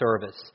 service